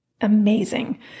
amazing